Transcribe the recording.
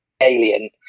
Alien